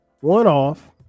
one-off